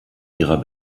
ihrer